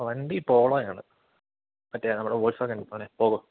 വണ്ടി പോളോ ആണ് മറ്റേ നമ്മുടെ വോക്സവാഗൺ പോലെ പോളോ